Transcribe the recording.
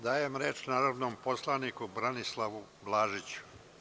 Dajem reč narodnom poslaniku Branislavu Blažiću.